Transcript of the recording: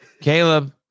Caleb